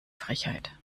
frechheit